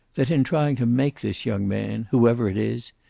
that in trying to make this young man, whoever it is,